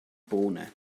bohne